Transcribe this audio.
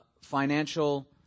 financial